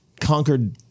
conquered